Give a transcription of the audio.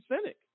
cynic